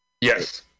Yes